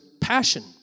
passion